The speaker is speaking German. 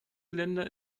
länder